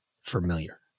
familiar